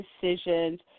decisions